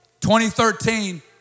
2013